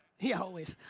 yeah, always.